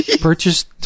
purchased